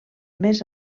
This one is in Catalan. més